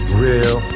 real